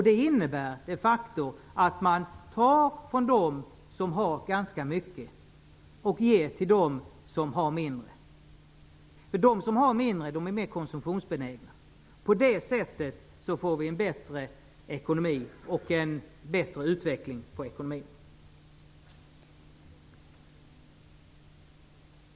Det innebär de facto att man tar från dem som har ganska mycket och ger till dem som har mindre. De som har mindre är mer konsumtionsbenägna. På det sättet får vi en bättre utveckling av ekonomin.